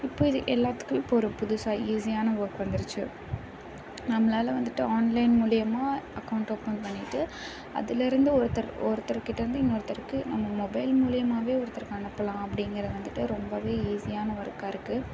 இப்போ இது எல்லாத்துக்கும் இப்போ ஒரு புதுசாக ஈஸியான ஒர்க் வந்துடுச்சு நம்மளால் வந்துட்டு ஆன்லைன் மூலிமா அக்கௌண்ட் ஓப்பன் பண்ணிட்டு அதில் இருந்து ஒருத்தர் ஒருத்தர் கிட்டருந்து இன்னொருத்தருக்கு நம்ம மொபைல் மூலையமாவே ஒருத்தருக்கு அனுப்பலாம் அப்படிங்கறது வந்துட்டு ரொம்பவே ஈஸியான ஒர்க்காக இருக்குது